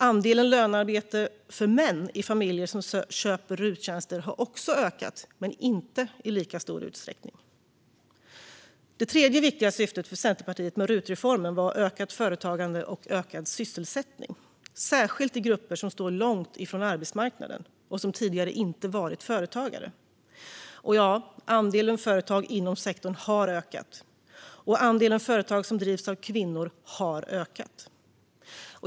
Andelen lönearbete för män i familjer som köper RUT-tjänster har också ökat men inte i lika stor utsträckning. Det tredje viktiga syftet med RUT-reformen var för Centerpartiet ökat företagande och ökad sysselsättning, särskilt i grupper som står långt från arbetsmarknaden och som tidigare inte varit företagare. Och ja, andelen företag inom sektorn har ökat, och andelen företag som drivs av kvinnor har ökat.